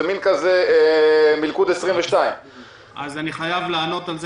זה מין מלכוד 22. אני חייב לענות על זה